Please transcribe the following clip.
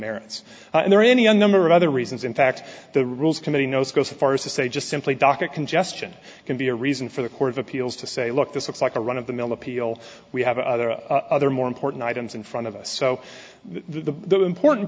are any a number of other reasons in fact the rules committee knows go so far as to say just simply docket congestion can be a reason for the court of appeals to say look this looks like a run of the mill appeal we have other other more important items in front of us so the important